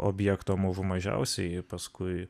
objekto mažų mažiausiai paskui